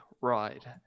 ride